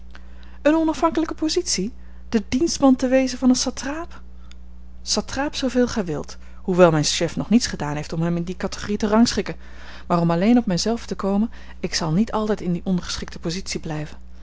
een onafhankelijke positie de dienstman te wezen van een satraap satraap zooveel gij wilt hoewel mijn chef nog niets gedaan heeft om hem in die categorie te rangschikken maar om alleen op mij zelven te komen ik zal niet altijd in die ondergeschikte positie blijven